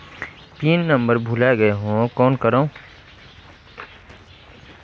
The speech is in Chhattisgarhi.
पिन नंबर भुला गयें हो कौन करव?